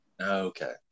Okay